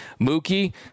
Mookie